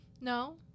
no